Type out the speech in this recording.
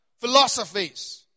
Philosophies